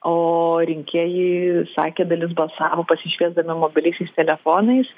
o rinkėjai sakė dalis balsavo pasišviesdami mobiliaisiais telefonais